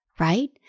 Right